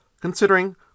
considering